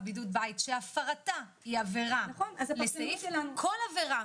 בידוד בית שהפרתה היא עבירה לסעיף" כל עבירה,